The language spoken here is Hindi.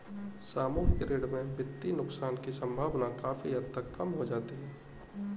सामूहिक ऋण में वित्तीय नुकसान की सम्भावना काफी हद तक कम हो जाती है